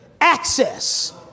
access